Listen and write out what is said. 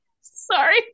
sorry